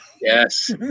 Yes